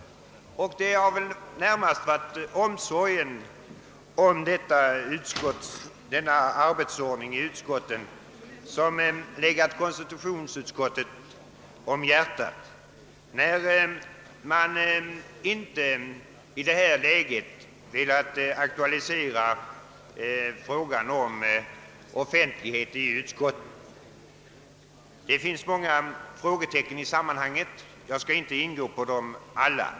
Det har väl närmast varit omsorgen om denna arbetsordning i utskotten som legat konstitutionsutskottet om hjärtat när det i detta läge inte velat aktualisera frågan om offentlighet åt utskottsarbetet. Det finns många frågetecken i sammanhanget, jag skall inte gå in på dem alla.